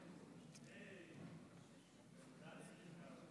אדוני היושב-ראש,